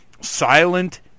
silent